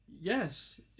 Yes